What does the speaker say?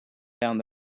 down